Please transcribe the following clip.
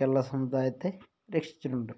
കേരള സമുദായത്തെ രക്ഷിച്ചിട്ടുണ്ട്